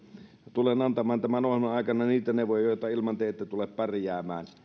tulen antamaan tämän ohjelman aikana niitä neuvoja joita ilman te ette tule pärjäämään